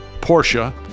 Porsche